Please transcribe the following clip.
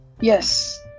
yes